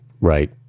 Right